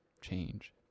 change